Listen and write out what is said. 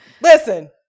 listen